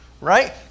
Right